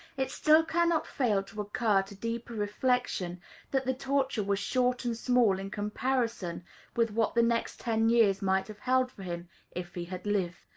it still cannot fail to occur to deeper reflection that the torture was short and small in comparison with what the next ten years might have held for him if he had lived.